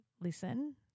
listen